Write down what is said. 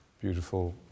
Beautiful